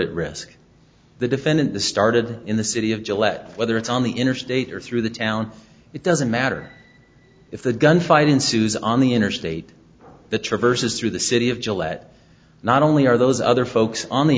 at risk the defendant the started in the city of gillette whether it's on the interstate or through the town it doesn't matter if the gun fight ensues on the interstate the traverse is through the city of jalalabad not only are those other folks on the